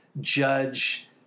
judge